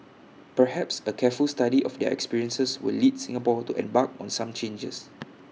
perhaps A careful study of their experiences will lead Singapore to embark on some changes